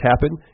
happen